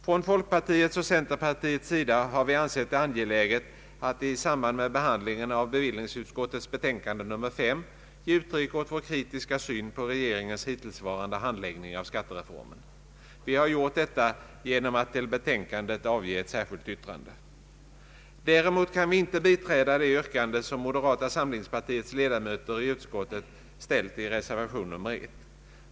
Från folkpartiets och centerpartiets sida har vi ansett det angeläget att i samband med behandlingen av bevillningsutskottets betänkande nr 5 ge uttryck åt vår kritiska syn på regeringens hittillsvarande handläggning av skattereformen. Vi har gjort detta genom att till betänkandet avge ett särskilt yttrande. Däremot kan vi inte biträda det yrkande som moderata samlingspartiets ledamöter i utskottet ställt i reservation nr 1.